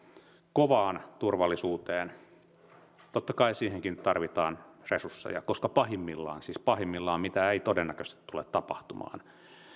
kovaan turvallisuuteen niin totta kai siihenkin tarvitaan resursseja koska pahimmillaan siis pahimmillaan mitä ei todennäköisesti tule tapahtumaan